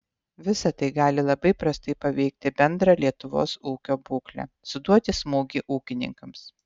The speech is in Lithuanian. visa tai gali labai prastai paveikti bendrą lietuvos ūkio būklę suduoti smūgį ūkininkams